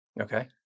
Okay